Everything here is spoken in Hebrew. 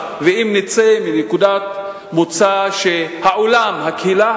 ובואו נעבור לתחנה האחרונה.